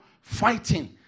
fighting